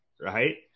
right